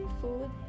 food